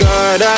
God